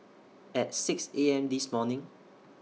At six A M This morning